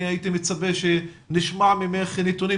אני הייתי מצפה שנשמע ממך נתונים,